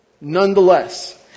nonetheless